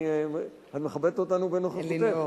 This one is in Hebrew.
את מכבדת אותנו בנוכחותך אלינור.